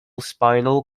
spinal